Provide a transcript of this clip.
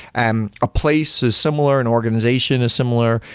and a place is similar and organization is similar,